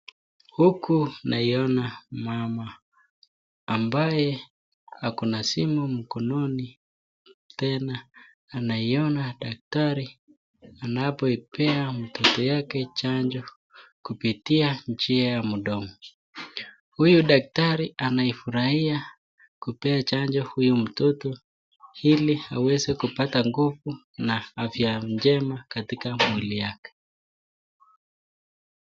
Huku naiona mama ambaye ako na simu mkononi, tena anaiona daktari anapoipea mtoto yake chanjo kupitia njia ya mdomo. Huyu daktari anaifurahia kupea chanjo huyu mtoto, ili aweze kupata nguvu na afya njema katika mwili yake.